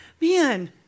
man